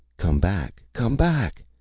come back! come back!